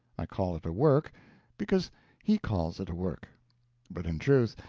i call it a work because he calls it a work but, in truth,